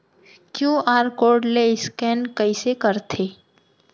QR code ले scan कइसे करथे?